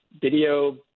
video